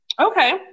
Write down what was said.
Okay